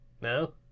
No